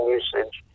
usage